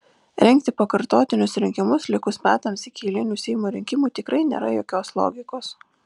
rengti pakartotinius rinkimus likus metams iki eilinių seimo rinkimų tikrai nėra jokios logikos